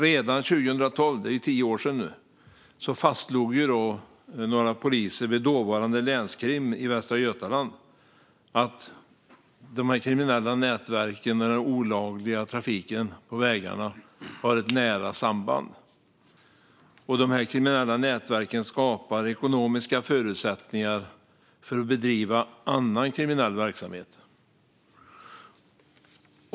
Redan 2012, för tio år sedan, fastslog några poliser vid dåvarande länskrim i Västra Götaland att dessa kriminella nätverk och den olagliga trafiken på vägarna har ett nära samband och att dessa kriminella nätverk skapar ekonomiska förutsättningar för att bedriva annan kriminell verksamhet.